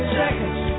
seconds